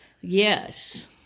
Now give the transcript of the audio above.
Yes